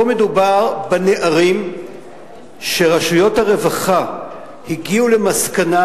פה מדובר בנערים שרשויות הרווחה הגיעו למסקנה